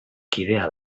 kidea